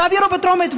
תעבירו בטרומית,